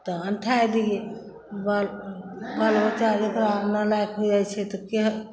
तऽ अनठाय दियै बा बालबच्चा जेकरा नालायक होइ जाइ छै तऽ केहन